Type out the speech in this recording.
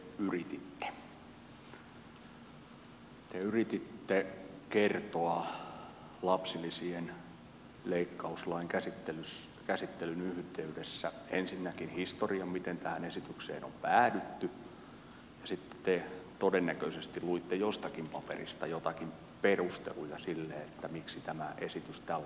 te yrititte kertoa lapsilisien leikkauslain käsittelyn yhteydessä ensinnäkin historian miten tähän esitykseen on päädytty ja sitten te todennäköisesti luitte jostakin paperista joitakin perusteluja sille miksi tämä esitys tällaisenaan täällä on